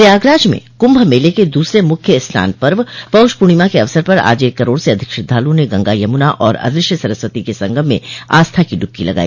प्रयागराज में कुभ मेले के दूसरे मुख्य स्नान पर्व पौष पूर्णिमा के अवसर पर आज एक करोड़ से अधिक श्रद्धालुओं ने गंगा यमुना और अदृश्य सरस्वती के संगम में आस्था की ड़ुबकी लगाई